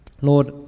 Lord